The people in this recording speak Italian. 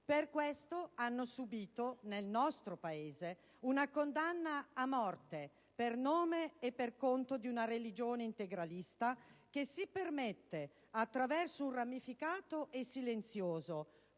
Per questo hanno subito, nel nostro Paese, una condanna a morte per nome e per conto di una religione integralista che si permette, attraverso un ramificato e silenzioso